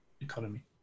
economy